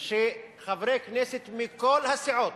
שחברי כנסת מכל הסיעות,